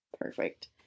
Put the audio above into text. Perfect